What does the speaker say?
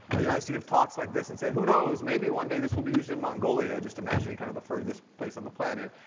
you know used to give talks like this and say who knows, maybe one day this will be used in mongolia, just imagining kind of the furthest place on the planet,